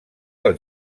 del